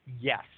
yes